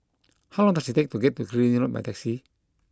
how long does it take to get to Killiney Road by taxi